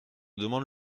demande